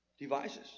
Devices